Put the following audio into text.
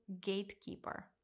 gatekeeper